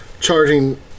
charging